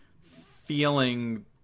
feeling